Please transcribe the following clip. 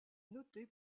noté